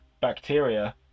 bacteria